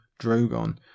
Drogon